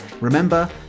remember